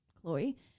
Chloe